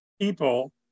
people